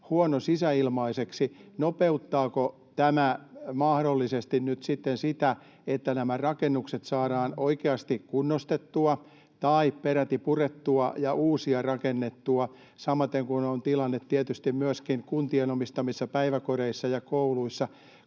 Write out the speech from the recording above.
huonosisäilmaiseksi, nopeuttaako tämä mahdollisesti nyt sitten sitä, että nämä rakennukset saadaan oikeasti kunnostettua tai peräti purettua ja uusia rakennettua? Sama on tilanne tietysti myöskin kuntien omistamissa päiväkodeissa ja kouluissa,